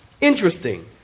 Interesting